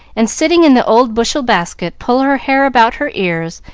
and, sitting in the old bushel basket, pull her hair about her ears,